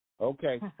Okay